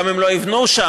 גם אם לא יבנו שם,